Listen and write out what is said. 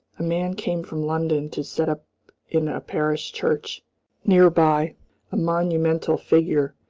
a man came from london to set up in a parish church near by a monumental figure,